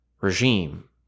regime